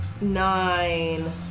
nine